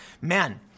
Man